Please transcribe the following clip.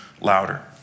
louder